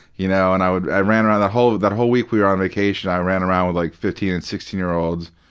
you know and i would i ran around the whole that whole week we were on vacation, i ran around with, like, fifteen and sixteen year olds,